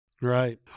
Right